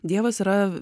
dievas yra